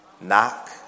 Knock